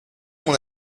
mon